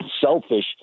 selfish